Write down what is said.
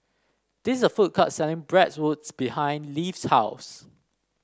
this a food court selling Bratwurst behind Leif's house